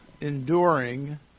enduring